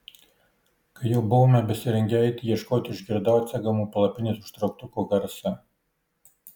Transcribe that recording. kai jau buvome besirengią eiti ieškoti išgirdau atsegamo palapinės užtrauktuko garsą